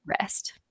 rest